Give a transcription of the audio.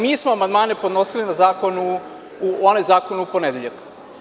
Mi smo amandmane podnosili na zakon u ponedeljak.